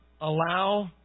allow